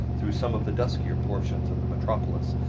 through some of the duskier portions of the metropolis,